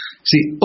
See